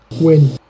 Win